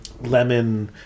lemon